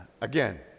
Again